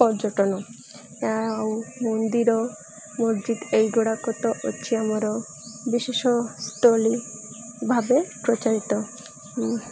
ପର୍ଯ୍ୟଟନ ଆଉ ମନ୍ଦିର ମସଜିଦ୍ ଏଇଗୁଡ଼ାକ ତ ଅଛି ଆମର ବିଶେଷସ୍ଥଳୀ ଭାବେ ପ୍ରଚଳିତ